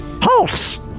Pulse